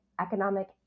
economic